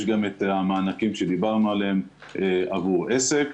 יש גם את המענקים שדיברנו עליהם עבור עסק,